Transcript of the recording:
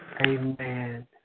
Amen